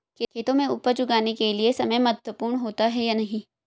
खेतों में उपज उगाने के लिये समय महत्वपूर्ण होता है या नहीं?